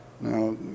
Now